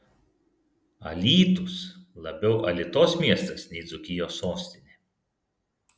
alytus labiau alitos miestas nei dzūkijos sostinė